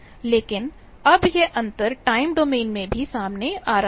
लेकिन अब यह अंतर टाइम डोमेन में भी सामने आ रहा है